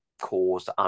caused